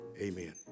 amen